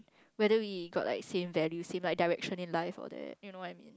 whether we got like same values same direction in life kind of thing you know what I mean